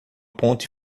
ponte